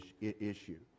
issue